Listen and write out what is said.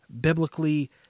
biblically